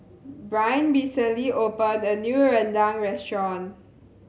Bryn recently opened a new rendang restaurant